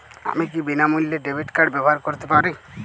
আমি কি বিনামূল্যে ডেবিট কার্ড ব্যাবহার করতে পারি?